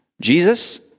Jesus